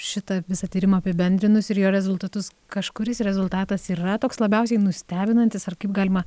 šitą visą tyrimą apibendrinus ir jo rezultatus kažkuris rezultatas yra toks labiausiai nustebinantis ar kaip galima